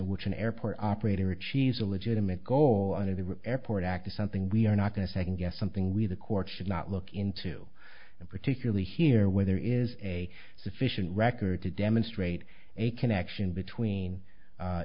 which an airport operator achieves a legitimate goal of the airport act is something we are not going to second guess something we the court should not look into and particularly here where there is a sufficient record to demonstrate a connection between